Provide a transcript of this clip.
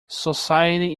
society